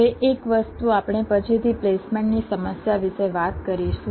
હવે એક વસ્તુ આપણે પછીથી પ્લેસમેન્ટની સમસ્યા વિશે વાત કરીશું